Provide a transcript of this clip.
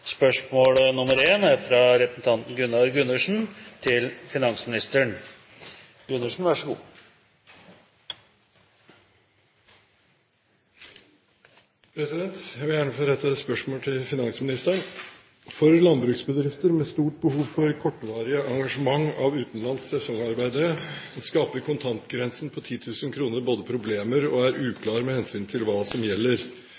Spørsmål 12, fra representanten Torgeir Trældal til fiskeri- og kystministeren, er trukket tilbake. Jeg vil gjerne få rette et spørsmål til finansministeren: «For landbruksbedrifter med stort behov for kortvarige engasjement av utenlandske sesongarbeidere, skaper kontantgrensen på 10 000 kr både problemer og er uklar med hensyn til hva som gjelder.